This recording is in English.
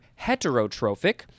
heterotrophic